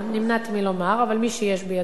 נמנעתי מלומר, אבל מי שיש בידו.